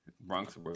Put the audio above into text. Bronx